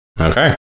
Okay